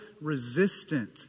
resistant